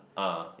ah